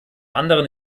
anderen